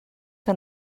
que